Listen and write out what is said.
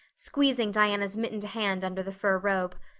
squeezing diana's mittened hand under the fur robe,